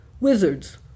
Wizards